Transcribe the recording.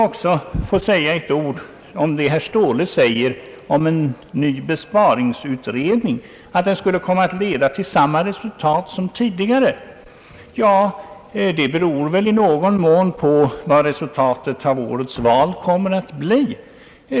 Beträffande herr Ståhles uttalande om en ny besparingsutredning och att en sådan skulle leda till samma resultat som tidigare vill jag påpeka att detta i någon mån torde bero på vad resultatet av årets val kommer att bli.